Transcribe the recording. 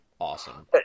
awesome